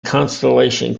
constellation